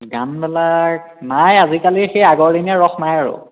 গানবিলাক নাই আজিকালি সেই আগৰদিনীয়া ৰস নাই আৰু